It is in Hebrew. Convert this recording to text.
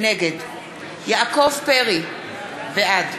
נגד יעקב פרי, בעד